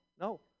No